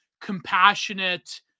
compassionate